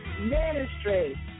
Ministry